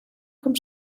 com